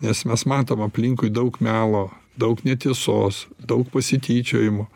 nes mes matom aplinkui daug melo daug netiesos daug pasityčiojimo